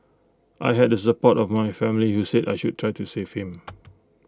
I had support of my family you said I should try to save him